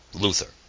Luther